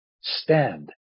Stand